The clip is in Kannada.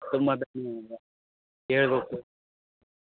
ತುಂಬ ಧನ್ಯವಾದ ಹೇಳ್ಬಕು